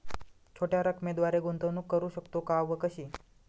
छोट्या रकमेद्वारे गुंतवणूक करू शकतो का व कशी?